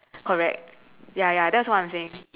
correct ya ya that's what I am saying